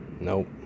nope